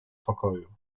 pokoju